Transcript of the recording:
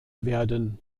werden